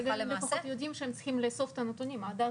אבל לפחות הם יודעים שהם צריכים לאסוף את הנתונים עד אז.